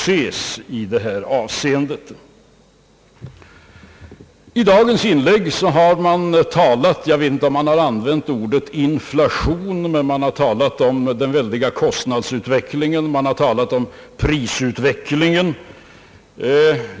Jag vet inte om man i dagens inlägg har använt ordet inflation, men man har talat om den väldiga kostnadsutvecklingen, och man har talat om prisutvecklingen.